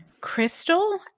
Crystal